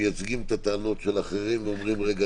כמה משרדי ממשלה באים לפה ומייצגים את הטענות של אחרים ואומרים: רגע,